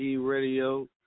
Radio